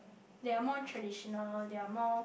they are more traditional they are more